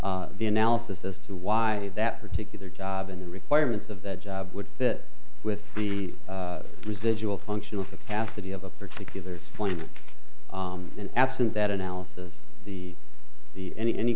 the analysis as to why that particular job in the requirements of that job would fit with the residual functional for cassidy of a particular point absent that analysis the any any